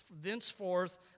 thenceforth